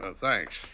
Thanks